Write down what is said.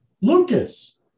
Lucas